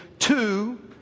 Two